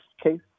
case